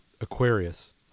Aquarius